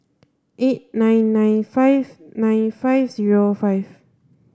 eight nine nine five nine five zero five